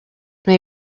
may